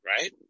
Right